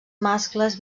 mascles